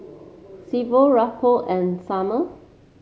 Silvio Raekwon and Summer